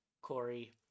Corey